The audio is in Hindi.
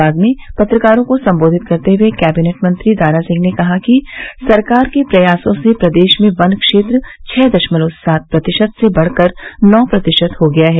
बाद में पत्रकारों को संबोधित करते हुए कैंबिनेट मंत्री दारा सिंह ने कहा कि सरकार के प्रयासों से प्रदेश में वन क्षेत्र छह दशमलव सात प्रतिशत से बढ़कर नौ प्रतिशत हो गया है